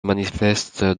manifeste